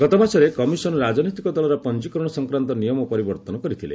ଗତମାସରେ କମିଶନ୍ ରାଜନୈତିକ ଦଳର ପଞ୍ଜୀକରଣ ସଂକ୍ରାନ୍ତ ନିୟମ ପରିବର୍ତ୍ତନ କରିଥିଲେ